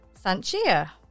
Sanchia